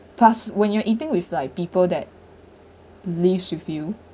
plus when you're eating with like people that lives with you